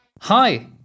Hi